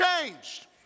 changed